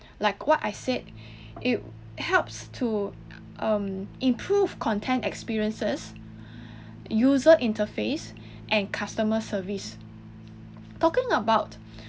like what I said it helps to um improve content experiences user interface and customer service talking about